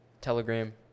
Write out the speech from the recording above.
Telegram